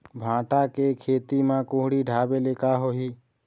भांटा के खेती म कुहड़ी ढाबे ले का होही?